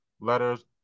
letters